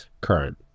current